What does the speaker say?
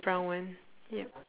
brown [one] ya